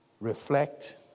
reflect